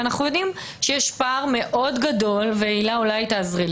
ואנו יודעים שיש פער מאוד גדול בין